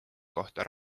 kohta